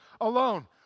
alone